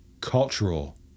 cultural